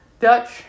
Dutch